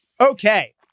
Okay